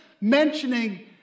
mentioning